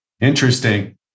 Interesting